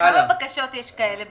כמה בקשות כאלה יש,